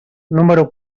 número